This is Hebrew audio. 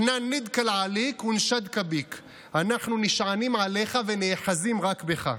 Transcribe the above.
(אומר בערבית ומתרגם:) אנחנו נשענים עליך ונאחזים רק בך.